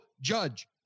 Judge